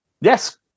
Yes